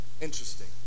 Interesting